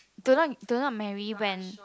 do not do not marry when